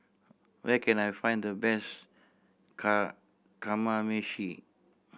where can I find the best Kamameshi